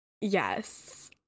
Yes